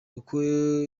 kuko